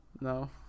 No